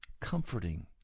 Comforting